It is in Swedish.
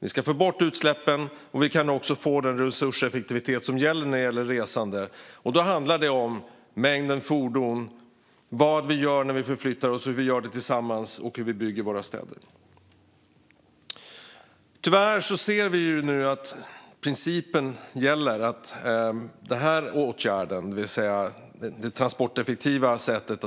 Vi ska få bort utsläppen, och vi kan få den resurseffektivitet som gäller i fråga om resande. Det handlar om mängden fordon, vad vi gör när vi förflyttar oss, hur vi gör det tillsammans och hur vi bygger våra städer. Tyvärr ser vi nu att principen att arbeta på det transporteffektiva sättet